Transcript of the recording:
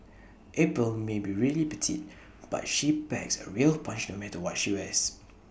April may be really petite but she packs A real punch no matter what she wears